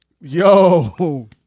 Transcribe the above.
Yo